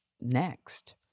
next